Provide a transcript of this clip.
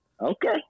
Okay